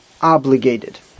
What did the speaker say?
obligated